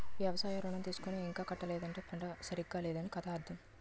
వ్యవసాయ ఋణం తీసుకుని ఇంకా కట్టలేదంటే పంట సరిగా లేదనే కదా అర్థం